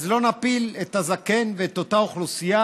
אז לא נפיל את הזקן ואת אותה אוכלוסייה